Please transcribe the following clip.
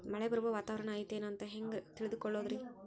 ಮಳೆ ಬರುವ ವಾತಾವರಣ ಐತೇನು ಅಂತ ಹೆಂಗ್ ತಿಳುಕೊಳ್ಳೋದು ರಿ?